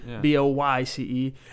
B-O-Y-C-E